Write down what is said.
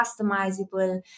customizable